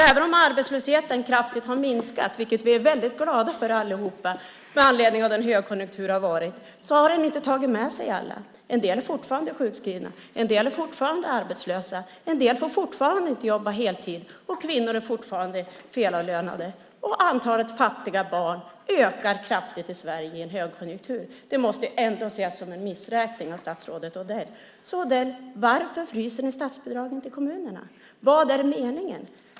Även om arbetslösheten kraftigt har minskat, vilket vi alla är väldigt glada för, med anledning av den högkonjunktur som har varit har den inte tagit med sig alla. En del är fortfarande sjukskrivna, en del är fortfarande arbetslösa, en del får fortfarande inte jobba heltid, kvinnor är fortfarande felavlönade och antalet fattiga barn ökar kraftigt i Sverige i en högkonjunktur. Det måste ändå ses som en missräkning, statsrådet Odell. Varför fryser ni statsbidragen till kommunerna? Vad är meningen?